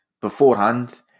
beforehand